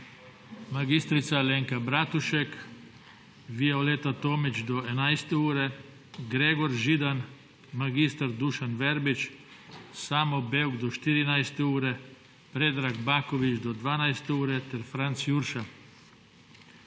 mag. Alenka Bratušek, Violeta Tomić do 11. ure, Gregor Židan, mag. Dušan Verbič, Samo Bevk do 14. ure, Predrag Baković do 12. ure ter Franc Jurša.